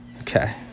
Okay